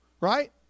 Right